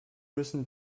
müssen